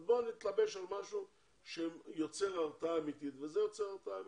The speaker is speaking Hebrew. אז בוא נתלבש על משהו שיוצר הרתעה אמיתית וזה יוצר הרתעה אמיתית.